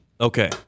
Okay